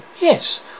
yes